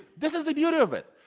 this is the beauty of it,